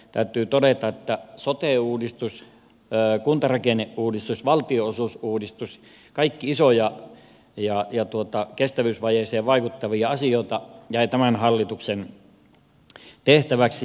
täytyy todeta että sote uudistus kuntarakenneuudistus valtion osuusuudistus kaikki isoja ja kestävyysvajeeseen vaikuttavia asioita jäivät tämän hallituksen tehtäväksi